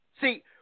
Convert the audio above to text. See